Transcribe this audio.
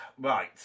right